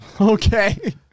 Okay